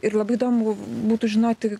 ir labai įdomu būtų žinoti